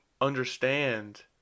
understand